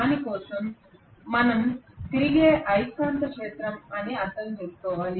దాని కోసం మనం తిరిగే అయస్కాంత క్షేత్రం అని అర్ధం చేసుకోవాలి